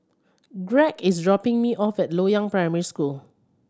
Greg is dropping me off at Loyang Primary School